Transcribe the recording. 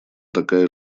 такая